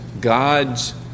God's